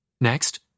Next